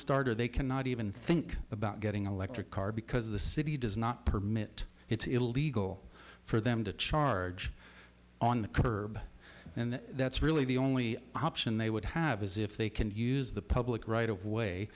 nonstarter they cannot even think about getting a lector car because the city does not permit it's illegal for them to charge on the curb and that's really the only option they would have is if they can use the public right of way